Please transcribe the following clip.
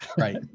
right